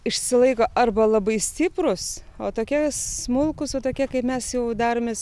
išsilaiko arba labai stiprūs o tokie smulkūs o tokie kaip mes jau daromės